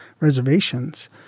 reservations